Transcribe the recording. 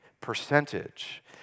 percentage